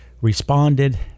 responded